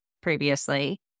previously